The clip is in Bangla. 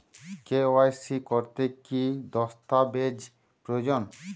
কে.ওয়াই.সি করতে কি দস্তাবেজ প্রয়োজন?